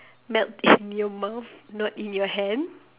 melt in your mouth not in your hand